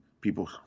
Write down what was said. people